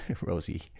Rosie